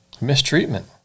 mistreatment